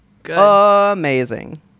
amazing